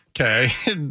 Okay